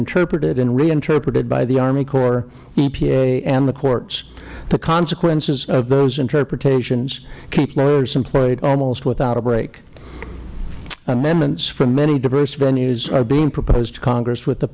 interpreted and reinterpreted by the army corps epa and the courts the consequences of those interpretations keep lawyers employed almost without a break amendments from many diverse venues are being proposed to congress with the